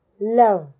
love